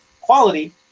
quality